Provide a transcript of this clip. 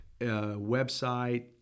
Website